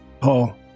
Paul